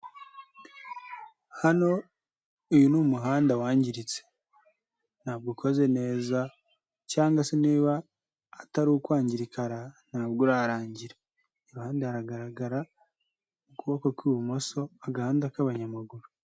Hano uyu ni umuhanda wangiritse ntabwo ukoze neza cyangwa se niba atari ukwangirika ntabwo urarangira. Iruhande hagaragara mu kuboko kw'ibumoso agahanda k'abanyamaguru.